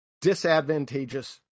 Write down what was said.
disadvantageous